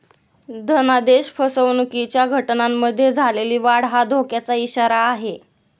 धनादेश फसवणुकीच्या घटनांमध्ये झालेली वाढ हा धोक्याचा इशारा आहे